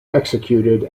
executed